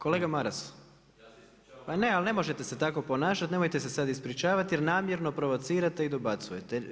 Kolega Maras, pa ne ali ne možete se tako ponašati, nemojte se sada ispričavati jer namjerno provocirate dobacujete.